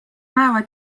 päeva